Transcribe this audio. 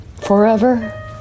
forever